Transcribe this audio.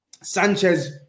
Sanchez